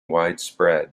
widespread